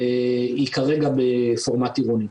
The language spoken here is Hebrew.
והיא כרגע בפורמט עירוני.